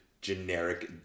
generic